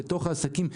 בתוך העסקים,